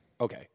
Okay